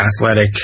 athletic